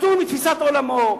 מתון בתפיסת עולמו,